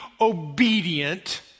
obedient